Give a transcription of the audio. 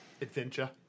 adventure